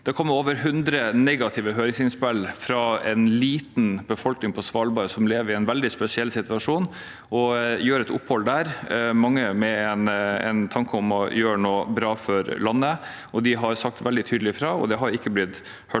har kommet over 100 negative høringsinnspill fra en liten befolkning på Svalbard som lever i en veldig spesiell situasjon, og som har et opphold der – mange med en tanke om å gjøre noe for bra for landet. De har sagt veldig tydelig fra, og de har ikke blitt hørt.